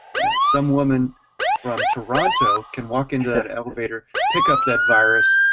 and some woman from toronto can walk into that elevator, pick up that virus,